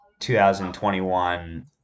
2021